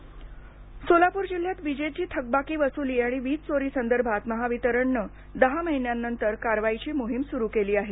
वीजचोरी सोलप्र जिल्ह्यात विजेची थकबाकी वसुली आणि वीज चोरी संदर्भात महावितरणने दहा महिन्यांनंतर कारवाईची मोहीम सुरू केली आहे